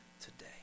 today